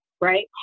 right